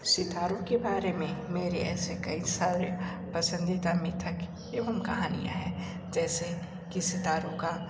सितारों के बारे में मेरे ऐसे कई सारे पसंदीदा मिथक एवं कहानियाँ हैं जैसे कि सितारों का